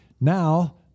now